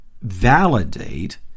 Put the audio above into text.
validate